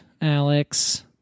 Alex